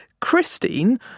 Christine